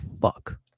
fuck